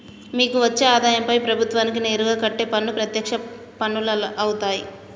మీకు వచ్చే ఆదాయంపై ప్రభుత్వానికి నేరుగా కట్టే పన్ను ప్రత్యక్ష పన్నులవుతాయ్